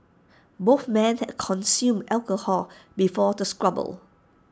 both men had consumed alcohol before the squabble